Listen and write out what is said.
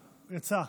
יצא.